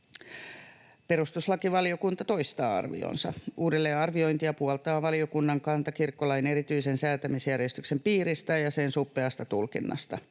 Perustuslakivaliokunta toistaa arvionsa. Uudelleenarviointia puoltaa valiokunnan kanta kirkkolain erityisen säätämisjärjestyksen piiristä ja sen suppeasta tulkinnasta.